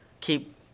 keep